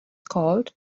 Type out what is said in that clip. called